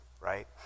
right